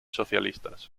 socialistas